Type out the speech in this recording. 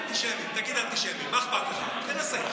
אנטישמי, תגיד "אנטישמי", מה אכפת לך, תנסה.